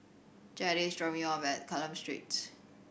Jetta is dropping me off at Mccallum Street